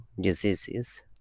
diseases